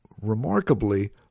remarkably